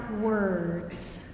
Words